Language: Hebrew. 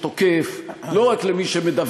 לא רק למי שתוקף,